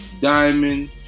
Diamond